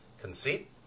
conceit